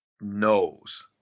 knows –